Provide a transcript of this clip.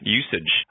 usage